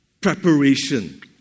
preparation